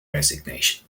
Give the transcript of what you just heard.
resignation